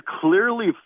clearly